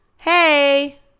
hey